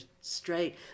straight